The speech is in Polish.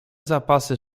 zapasy